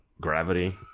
Gravity